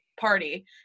party